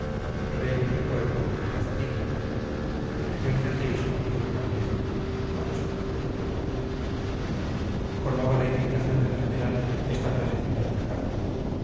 y pueblo abrazaditos religión y ateísmo en una pieza pacho colmaba la indignación del general esta frasecilla de la carta